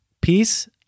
Peace